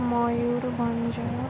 Mayurbhanj